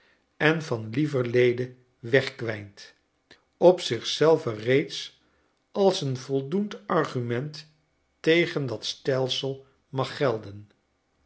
en van lieverlede wegkwijnt op zich zelve reeds als een voldoend argument tegen dat stelsel mag gelden